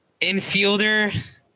Infielder